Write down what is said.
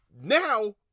now